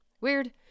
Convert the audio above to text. Weird